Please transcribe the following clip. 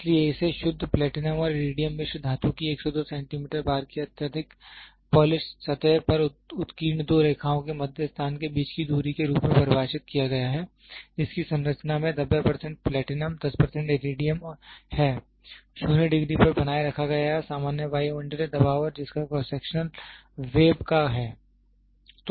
इसलिए इसे शुद्ध प्लेटिनम और इरिडियम मिश्र धातु की 102 सेंटीमीटर बार की अत्यधिक पॉलिश सतह पर उत्कीर्ण दो रेखाओं के मध्य स्थान के बीच की दूरी के रूप में परिभाषित किया गया है जिसकी संरचना में 90 प्लेटिनम 10 इरिडियम है 0 डिग्री पर बनाए रखा गया है सामान्य वायुमंडलीय दबाव और जिसका क्रॉस सेक्शन वेब का है